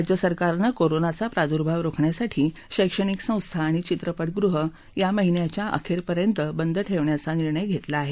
राज्य सरकारनं कोरोनाचा प्रादुर्भाव रोखण्यासाठी शैक्षणिक संस्था आणि चित्रपटगृहं या महिन्याच्या अखेरपर्यंत बंद ठेवण्याचा निर्णय घेतला आहे